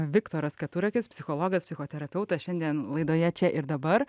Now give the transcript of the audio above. viktoras keturakis psichologas psichoterapeutas šiandien laidoje čia ir dabar